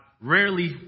rarely